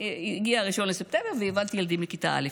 הגיע 1 בספטמבר, והובלתי ילדים לכיתה א'.